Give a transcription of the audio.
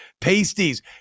pasties